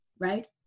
right